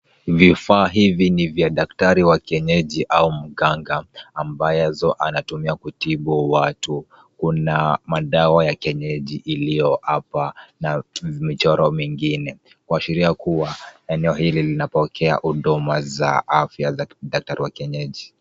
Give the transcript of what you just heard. Vifaa hivi ni vya daktari wa kienyeji au mganga ambazo anatumia kutibu watu. Kuna madawa ya kienyeji iliyo hapa, na zimechorwa mingine. Kuashiria kuwa eneo hili linapokea huduma za afya za daktari wa kienyeji.